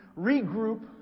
regroup